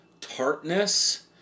tartness